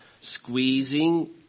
Squeezing